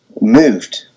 moved